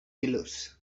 killers